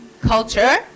culture